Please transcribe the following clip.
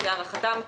להערכתם,